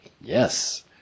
Yes